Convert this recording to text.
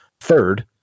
third